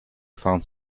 found